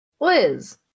Liz